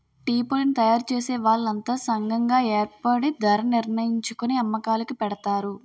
టీపొడిని తయారుచేసే వాళ్లంతా సంగం గాయేర్పడి ధరణిర్ణించుకొని అమ్మకాలుకి పెడతారు